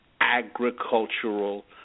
agricultural